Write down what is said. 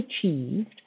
achieved